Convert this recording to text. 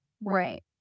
Right